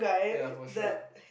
ya for sure